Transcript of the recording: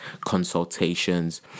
consultations